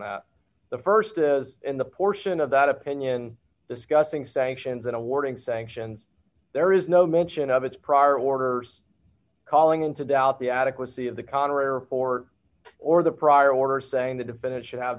that the st is in the portion of that opinion discussing sanctions and awarding sanctions there is no mention of its prior orders calling into doubt the adequacy of the contrary report or the prior order saying the defendant should have